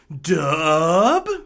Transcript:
dub